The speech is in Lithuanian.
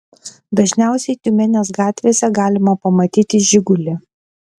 dažniausiai tiumenės gatvėse galima pamatyti žigulį